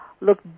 Look